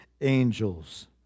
angels